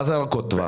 מה זה ארוכות טווח?